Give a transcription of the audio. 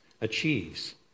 achieves